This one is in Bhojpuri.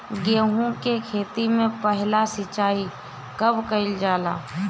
गेहू के खेती मे पहला सिंचाई कब कईल जाला?